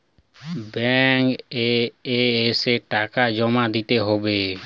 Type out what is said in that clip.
Bank এ এসে টাকা জমা দিতে হবে?